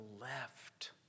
left